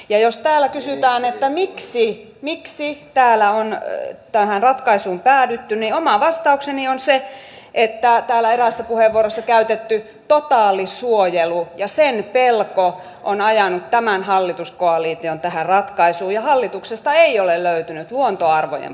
ja jos täällä kysytään miksi täällä on tähän ratkaisuun päädytty niin oma vastaukseni on se että täällä eräissä puheenvuoroissa viitattu totaalisuojelun pelko on ajanut tämän hallituskoalition tähän ratkaisuun ja hallituksesta ei ole löytynyt luontoarvojen puolustajaa